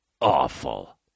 awful